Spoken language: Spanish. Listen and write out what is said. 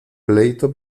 pleito